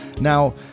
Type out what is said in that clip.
Now